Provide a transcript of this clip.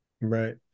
Right